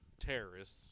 terrorists